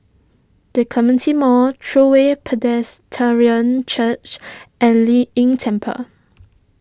the Clementi Mall True Way Presbyterian Church and Lei Yin Temple